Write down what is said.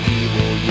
evil